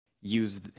use